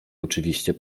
oczywiście